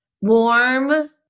warm